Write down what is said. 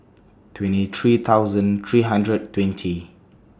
twenty three thousand three hundred and twenty